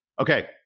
Okay